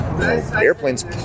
Airplanes